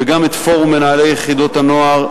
וגם את פורום מנהלי יחידות הנוער,